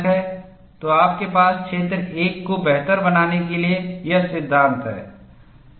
तो आपके पास क्षेत्र 1 को बेहतर बनाने के लिए यह सिद्धांत है